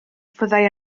fyddai